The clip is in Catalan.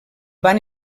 van